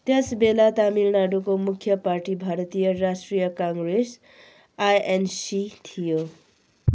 त्यसबेला तमिलनाडूको मुख्य पार्टी भारतीय राष्ट्रिय काङ्ग्रेस आइएनसी थियो